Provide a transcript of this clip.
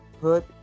put